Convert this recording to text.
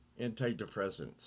Antidepressants